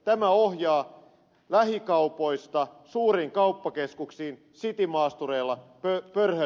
tämä ohjaa lähikaupoista suuriin kauppakeskuksiin citymaastureilla pörhöttämään